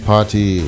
Party